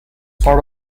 part